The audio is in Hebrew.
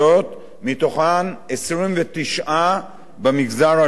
מהן 29 במגזר הלא-יהודי.